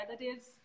relatives